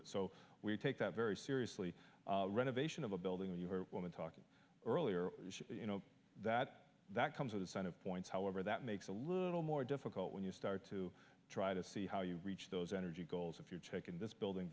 it so we take that very seriously renovation of a building when you are woman talking earlier you know that that comes with a set of points however that makes a little more difficult when you start to try to see how you reach those energy goals if you're taking this building